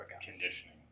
conditioning